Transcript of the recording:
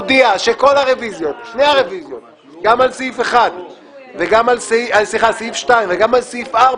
שתי הרביזיות גם על סעיף 2 וגם על סעיף 4